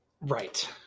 Right